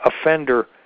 offender